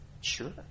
sure